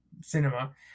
cinema